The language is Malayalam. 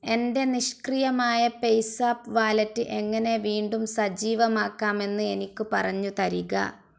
എൻ്റെ നിഷ്ക്രിയമായ പേയ്സാപ്പ് വാലറ്റ് എങ്ങനെ വീണ്ടും സജീവമാക്കാമെന്ന് എനിക്ക് പറഞ്ഞു തരിക